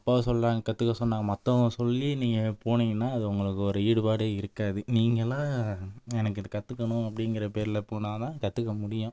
அப்பா சொல்கிறாங்க கற்றுக்க சொன்னாங்கள் மற்றவங்க சொல்லி நீங்கள் போனீங்கனால் அது உங்களுக்கு ஒரு ஈடுபாடே இருக்காது நீங்களா எனக்கு இது கற்றுக்கணும் அப்படிங்கிற பேர்ல போனால் தான் கற்றுக்க முடியும்